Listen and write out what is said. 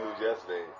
yesterday